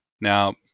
Now